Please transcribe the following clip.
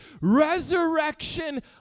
Resurrection